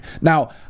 Now